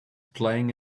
playing